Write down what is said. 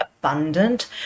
abundant